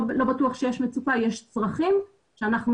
לא בטוח שיש מצוקה אבל יש צרכים שאנחנו